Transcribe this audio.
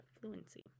fluency